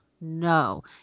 no